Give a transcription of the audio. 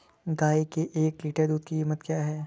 गाय के एक लीटर दूध की कीमत क्या है?